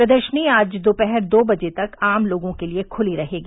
प्रदर्शनी आज दोपहर दो बजे तक आम लोगों के लिए खुली रहेगी